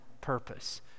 purpose